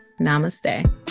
Namaste